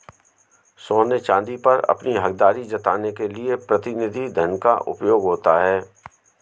सोने चांदी पर अपनी हकदारी जताने के लिए प्रतिनिधि धन का उपयोग होता है